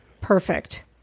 Perfect